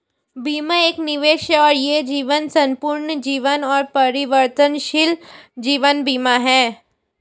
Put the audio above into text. बीमा एक निवेश है और यह जीवन, संपूर्ण जीवन और परिवर्तनशील जीवन बीमा है